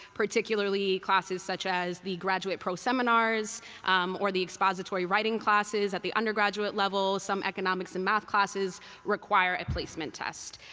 particularly classes such as the graduate pro-seminars or the expository writing classes at the undergraduate level, some economics and math classes require a placement test.